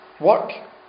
work